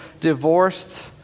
divorced